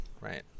Right